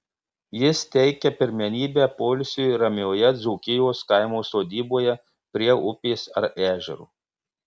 jis teikia pirmenybę poilsiui ramioje dzūkijos kaimo sodyboje prie upės ar ežero